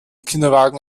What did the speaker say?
kinderwagen